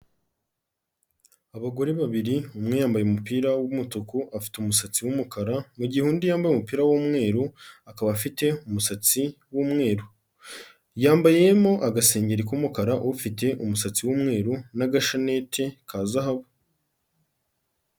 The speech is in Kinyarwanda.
Abagore babiri, umwe yambaye umupira w'umutuku, afite umusatsi w'umukara, mu gihe undi yambaye umupira w'umweru, akaba afite umusatsi w'umweru, yambayemo agasengeri k'umukara ufite umusatsi w'umweru n'agashaneti ka zahabu.